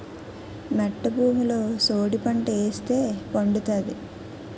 మెట్ట భూమిలో సోడిపంట ఏస్తే పండుతాది